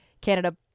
Canada